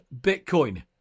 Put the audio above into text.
Bitcoin